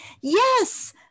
yes